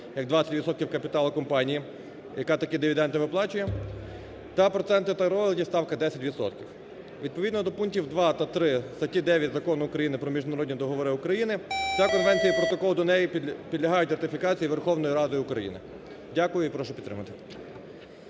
капіталу компанії, яка такі дивіденди виплачує та проценти та роялті – ставка 10 відсотків. Відповідно до пунктів 2 та 3 статті 9 Закону України "Про міжнародні договори України" ця Конвенція і Протокол до неї підлягають ратифікації Верховною Радою України. Дякую і прошу підтримати.